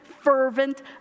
fervent